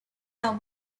are